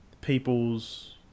people's